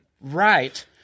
right